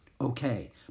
Okay